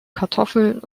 kartoffeln